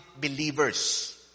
believers